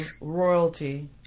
royalty